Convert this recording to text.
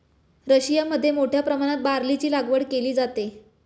रशियामध्ये मोठ्या प्रमाणात बार्लीची लागवड केली जाते